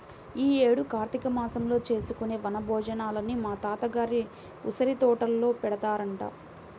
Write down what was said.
యీ యేడు కార్తీక మాసంలో చేసుకునే వన భోజనాలని మా తాత గారి ఉసిరితోటలో పెడతారంట